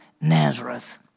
Nazareth